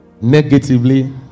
negatively